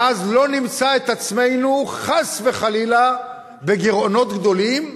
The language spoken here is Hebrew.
ואז לא נמצא את עצמנו חס וחלילה בגירעונות גדולים,